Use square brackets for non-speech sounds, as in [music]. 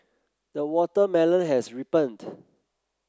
the watermelon has [unintelligible]